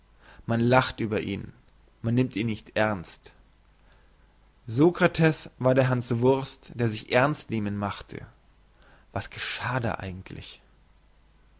man lacht über ihn man nimmt ihn nicht ernst sokrates war der hanswurst der sich ernst nehmen machte was geschah da eigentlich